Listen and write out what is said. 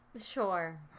Sure